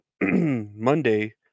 Monday